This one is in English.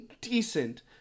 decent